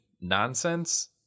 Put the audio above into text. nonsense